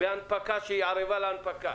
בהנפקה כשהיא ערבה להנפקה.